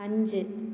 അഞ്ച്